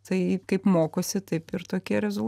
tai kaip mokosi taip ir tokie rezul